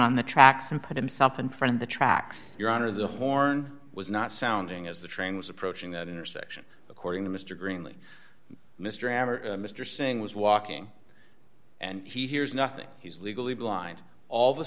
on the tracks and put himself in front of the tracks your honor the horn was not sounding as the train was approaching that intersection according to mr greenleaf mr hammer mr singh was walking and he hears nothing he's legally blind all of a